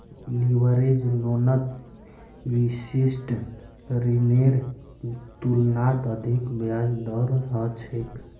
leverage लोनत विशिष्ट ऋनेर तुलनात अधिक ब्याज दर ह छेक